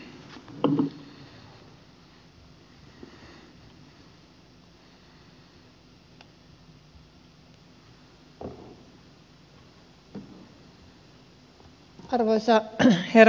arvoisa herra puhemies